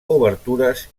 obertures